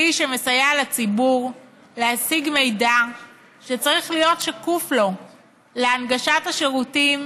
כלי שמסייע לציבור להשיג מידע שצריך להיות שקוף לו להנגשת השירותים,